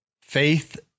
faith